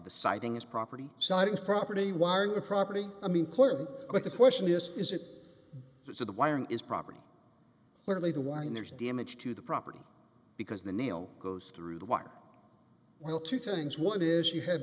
siding his property siting property wiring a property i mean clearly but the question is is it so the wiring is property clearly the wind there's damage to the property because the nail goes through the wire well two things one is you have